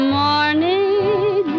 morning